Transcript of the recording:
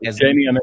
Jamie